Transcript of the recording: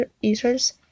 users